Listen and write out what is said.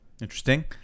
interesting